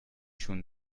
schon